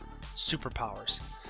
superpowers